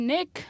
Nick